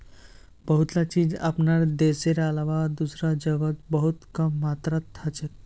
बहुतला चीज अपनार देशेर अलावा दूसरा जगह बहुत कम मात्रात हछेक